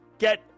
get